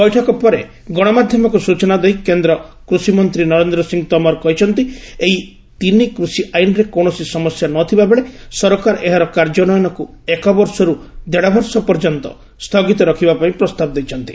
ବୈଠକ ପରେ ଗଣମାଧ୍ୟମକୁ ସୂଚନା ଦେଇ କେନ୍ଦ୍ର କୃଷିମନ୍ତ୍ରୀ ନରେନ୍ଦ୍ର ସିଂ ତୋମର କହିଛନ୍ତି ଏହି ତିନି କୁଷି ଆଇନରେ କୌଣସି ସମସ୍ୟା ନଥିବା ବେଳେ ସରକାର ଏହାର କାର୍ଯ୍ୟାନ୍ୱୟନକୁ ଏକବର୍ଷରୁ ଦେଢ଼ବର୍ଷ ପର୍ଯ୍ୟନ୍ତ ସ୍ଥଗିତ ରଖିବା ପାଇଁ ପ୍ରସ୍ତାବ ଦେଇଛନ୍ତି